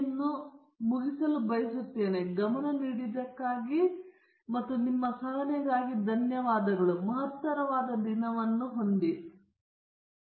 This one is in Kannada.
ಹಾಗಾಗಿ ಈ ಸ್ಲೈಡ್ ಅನ್ನು ನಿಮಗೆ ತೋರಿಸುವ ಮೂಲಕ ನಾನು ಮುಗಿಸಲು ಬಯಸುತ್ತೇನೆ ಧನ್ಯವಾದಗಳು ಮುಖ್ಯವಾಗಿ ಇದು ಭಾರತೀಯ ಪರಿಸ್ಥಿತಿಗಳಲ್ಲಿ ಒಂದು ಸಾಂಸ್ಕೃತಿಕ ವಿಷಯವಾಗಿದೆ ಜನರು ಅದನ್ನು ಸ್ವಲ್ಪಮಟ್ಟಿಗೆ ಗಮನ ಕೊಡುತ್ತಾರೆ